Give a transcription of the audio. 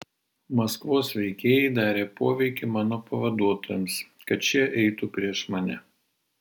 maskvos veikėjai darė poveikį mano pavaduotojams kad šie eitų prieš mane